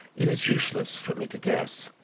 it is useless for me to guess.